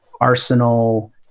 arsenal